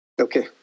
Okay